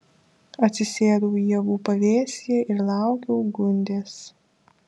atsisėdau ievų pavėsyje ir laukiau gundės